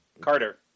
Carter